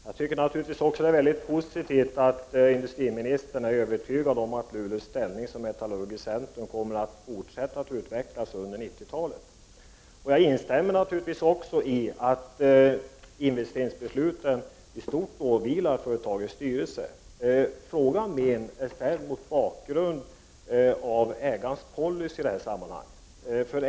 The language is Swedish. Jag tycker naturligtvis också att det är mycket positivt att industriministern är övertygad om att Luleås ställning som metallurgiskt centrum kommer att fortsätta att utvecklas under 90-talet. Jag instämmer naturligtvis också i att investeringsbesluten i stort åvilar företagets styrelse. Min fråga är emellertid ställd mot bakgrund av ägarens policy.